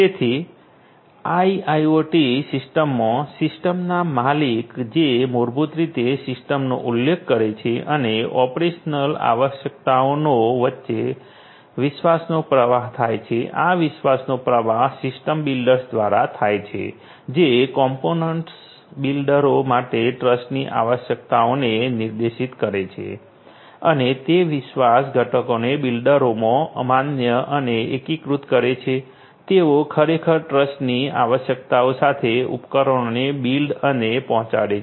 તેથી આઈઆઈઓટી સિસ્ટમમાં સિસ્ટમના માલિક જે મૂળભૂત રીતે સિસ્ટમનો ઉલ્લેખ કરે છે અને ઓપરેશનલ આવશ્યકતાઓનો વચ્ચે વિશ્વાસનો પ્રવાહ થાય છે આ વિશ્વાસનો પ્રવાહ સિસ્ટમ બિલ્ડર્સ દ્વારા થાય છે જે કમ્પોનન્ટ બિલ્ડરો માટેની ટ્રસ્ટ આવશ્યકતાઓને નિર્દિષ્ટ કરે છે અને તે વિશ્વાસ ઘટકોને બિલ્ડરોમાં માન્ય અને એકીકૃત કરે છે જેઓ ખરેખર ટ્રસ્ટની આવશ્યકતાઓ સાથે ઉપકરણોને બિલ્ડ અને પહોંચાડે છે